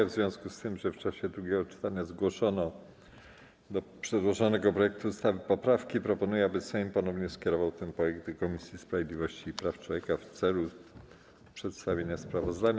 W związku z tym, że w czasie drugiego czytania zgłoszono do przedłożonego projektu ustawy poprawki, proponuję, aby Sejm ponownie skierował ten projekt do Komisji Sprawiedliwości i Praw Człowieka w celu przedstawienia sprawozdania.